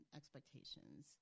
expectations